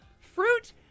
Fruit